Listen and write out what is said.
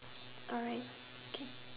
alright okay